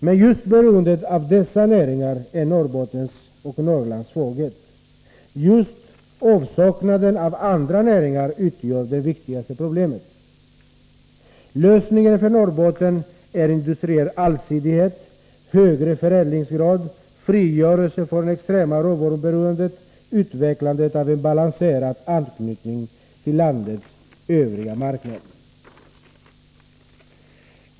Men just beroendet av dessa näringar är Norrbottens och hela Norrlands svaghet. Just avsaknaden av andra näringar utgör det viktigaste problemet. Lösningen för Norrbotten är industriell allsidighet, högre förädlingsgrad, frigörelse från det extrema råvaruberoendet och utvecklande av en balanserad anknytning till landets övriga marknader.